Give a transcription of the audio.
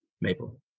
Maple